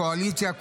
קואליציה,